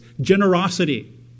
generosity